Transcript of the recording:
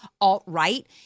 alt-right